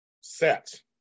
set